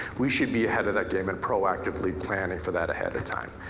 we should be ahead of that game and proactively planning for that ahead of time.